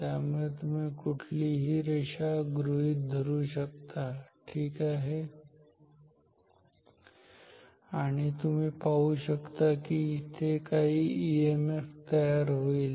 त्यामुळे तुम्ही कुठलीही रेषा गृहीत धरू शकता ठीक आहे आणि तुम्ही पाहू शकता कि तेथे काही ईएमएफ तयार होईल